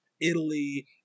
Italy